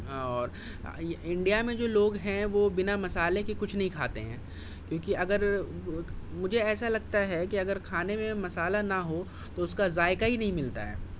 ہاں اور انڈیا میں جو لوگ ہیں وہ بنا مسالے کے کچھ نہیں کھاتے ہیں کیونکہ اگر مجھے ایسا لگتا ہے کہ اگر کھانے میں مسالہ نہ ہو تو اس کا ذائقہ ہی نہیں ملتا ہے